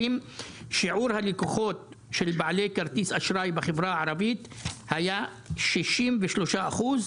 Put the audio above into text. שיעור הלקוחות של בעלי כרטיס אשראי בחברה הערבית בשנת 2020 היה 63 אחוז,